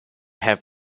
have